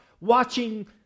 watching